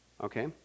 Okay